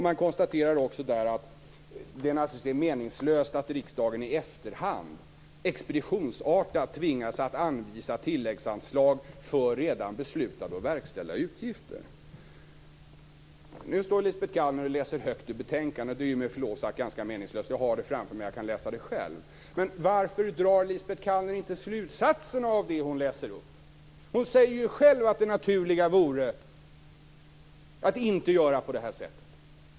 Man konstaterar också där att det naturligtvis är meningslöst att riksdagen i efterhand expeditionsartat tvingas att anvisa tilläggsanslag för redan beslutade och verkställda utgifter. Nu står Lisbet Calner och läser högt ur betänkandet. Det är med förlov sagt ganska meningslöst. Jag har det framför mig, och jag kan läsa det själv. Men varför drar inte Lisbet Calner slutsatsen av det hon läser upp? Hon säger ju själv att det naturliga vore att inte göra på det här sättet.